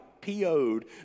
PO'd